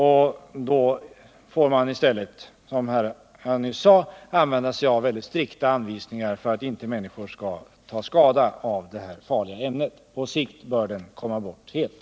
Här får man i stället ta till väldigt strikta anvisningar för att kunna undvika att människor kommer till skada av det här farliga ämnet, som på sikt helt bör komma bort.